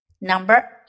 Number